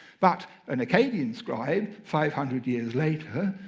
but an akkadian scribe five hundred years later,